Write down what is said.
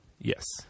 Yes